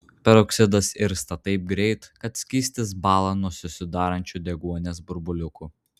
peroksidas irsta taip greit kad skystis bąla nuo susidarančių deguonies burbuliukų